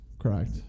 correct